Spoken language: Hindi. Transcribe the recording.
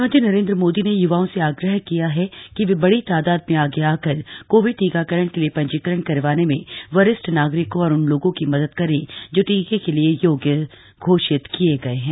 प्रधानमंत्री नरेन्द्र मोदी ने युवाओं से आग्रह किया है कि वे बड़ी तादाद में आगे आकर कोविड टीकाकारण के लिए पंजीकरण करवाने में वरिष्ठ नागरिकों और उन लोगों की मदद करें जो टीके के लिए योग्य घोषित किए गए हैं